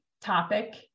topic